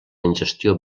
ingestió